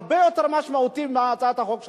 הרבה יותר משמעותי מהצעת החוק שלך,